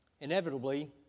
Inevitably